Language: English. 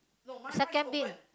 second bin